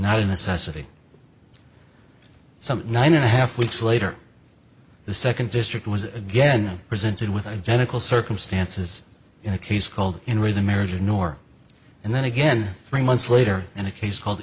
not a necessity some nine and a half weeks later the second district was again presented with identical circumstances in a case called in re the marriage nor and then again three months later and a case called